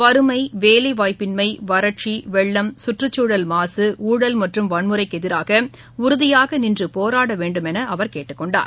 வறுமை வேலைவாய்ப்பின்மை வறட்சி வெள்ளம் சுற்றுச்சூழல்மாசு ஊழல் மற்றும் வன்முறைக்கு எதிராக உறுதியாக நின்று போராட வேண்டும் கொண்டார்